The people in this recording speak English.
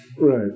Right